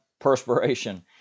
perspiration